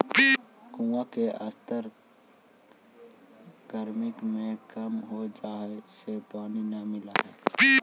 कुआँ के जलस्तर गरमी में कम हो जाए से पानी न मिलऽ हई